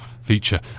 feature